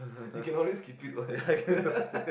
you can always keep it [what]